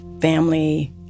family